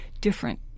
different